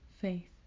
faith